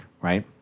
right